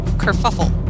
kerfuffle